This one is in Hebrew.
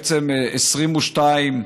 שיש לנו בעצם 22 שכנות,